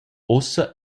ussa